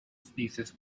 thesis